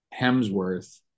Hemsworth